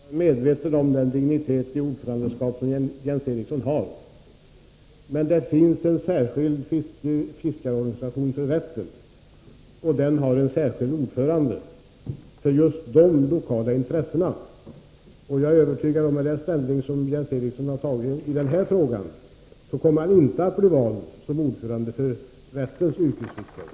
Herr talman! Jag ber att få återkomma en gång till. Jag är medveten om den dignitet i ordförandeskap som Jens Eriksson har. Men det finns en särskild fiskarorganisation för Vättern, och den har en särskild ordförande för just de lokala intressena. Jag är övertygad om att genom det ställningstagande Jens Eriksson har gjort i den här frågan kommer han inte att bli vald till ordförande för Vätterns yrkesfiskare.